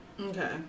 Okay